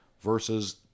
versus